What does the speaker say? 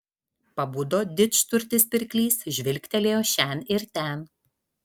pabudo didžturtis pirklys žvilgtelėjo šen ir ten